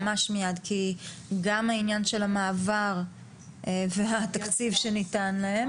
ממש מיד כי גם העניין של המעבר והתקציב שניתן להם.